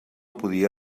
podia